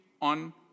on